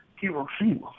Hiroshima